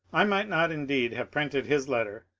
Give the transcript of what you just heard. i might not indeed have printed his letter,